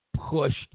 pushed